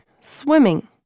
Swimming